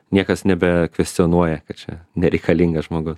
niekas nebekvestionuoja kad čia nereikalingas žmogus